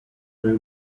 nel